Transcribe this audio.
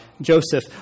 Joseph